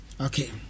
Okay